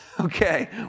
Okay